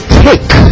take